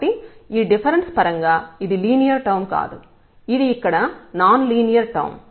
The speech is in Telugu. కాబట్టి ఈ డిఫరెన్స్ పరంగా ఇది లీనియర్ టర్మ్ కాదు ఇది ఇక్కడ నాన్ లీనియర్ టర్మ్